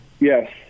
Yes